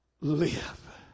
Live